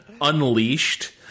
unleashed